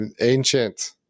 ancient